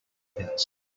pits